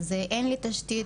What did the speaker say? אז אין לי תשתית,